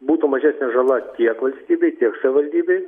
būtų mažesnė žala tiek valstybei tiek savivaldybei